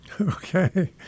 Okay